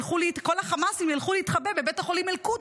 כל החמאסים ילכו להתחבא בבית החולים אל-קודס,